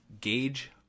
gauge